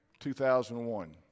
2001